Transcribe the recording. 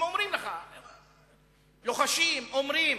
הם אומרים לך, לוחשים, אומרים: